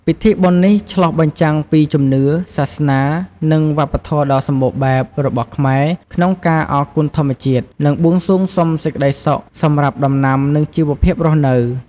ពិធីបុណ្យនេះឆ្លុះបញ្ចាំងពីជំនឿ សាសនា និងវប្បធម៌ដ៏សម្បូរបែបរបស់ខ្មែរក្នុងការអរគុណធម្មជាតិ និងបួងសួងសុំសេចក្តីសុខសម្រាប់ដំណាំ និងជីវភាពរស់នៅ។